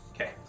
Okay